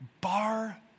Bar